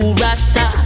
rasta